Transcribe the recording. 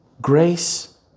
Grace